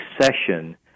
succession